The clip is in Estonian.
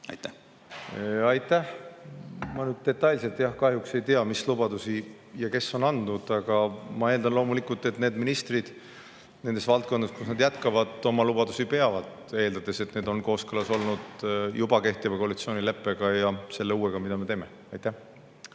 Aitäh! Ma nüüd detailselt, jah, kahjuks ei tea, mis lubadusi ja kes on andnud. Aga ma eeldan, et need ministrid, kui nad nendes valdkondades jätkavad, oma lubadusi peavad, eeldades, et need on kooskõlas juba kehtiva koalitsioonileppega ja selle uuega. Aitäh,